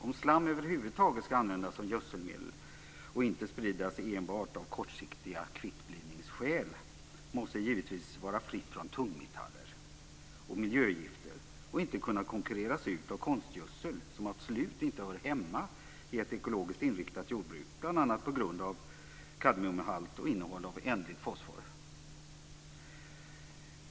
Om slam över huvud taget ska användas som gödselmedel och inte spridas enbart av kortsiktiga kvittblivningsskäl, så att säga, måste det givetvis vara fritt från tungmetaller och miljögifter. Det ska inte kunna konkurreras ut av konstgödsel som absolut inte hör hemma i ett ekologiskt inriktat jordbruk, bl.a. på grund av kadmiumhalt och innehåll av ändligt fosfor.